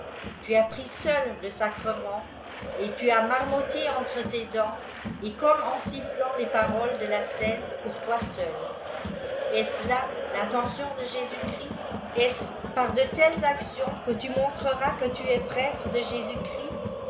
tu s pris seul le sacrepent et i as marmotté entre tes dents et comme'en sifflant les paroles la cène'jpur tof seul est-ce là l'intention de iésus chtistlpic ce par dé felte actions que tu montreras que tu es prêtre de